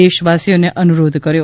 દેશવાસીઓને અનુરોધ કર્યો